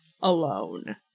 alone